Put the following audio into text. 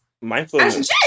Mindfulness